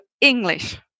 English